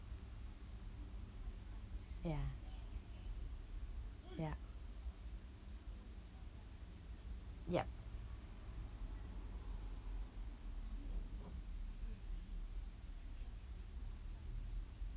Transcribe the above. ya ya yup